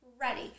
Ready